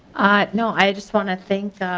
you know i just want to thank